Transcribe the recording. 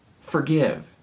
forgive